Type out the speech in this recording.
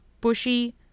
bushy